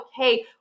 okay